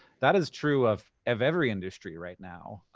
that is true of every industry right now.